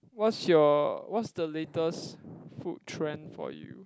what's your what's the latest food trend for you